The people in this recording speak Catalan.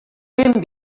ben